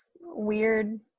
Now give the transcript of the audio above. weird